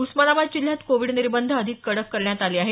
उस्मानाबाद जिल्ह्यात कोविड निर्बंध अधिक कडक करण्यात आले आहेत